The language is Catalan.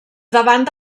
davant